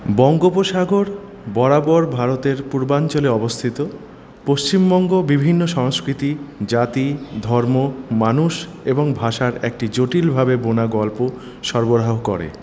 বঙ্গোপসাগর বরাবর ভারতের পূর্বাঞ্চলে অবস্থিত পশ্চিমবঙ্গ বিভিন্ন সংস্কৃতি জাতি ধর্ম মানুষ এবং ভাষার একটি জটিলভাবে বোনা গল্প সরবরাহ করে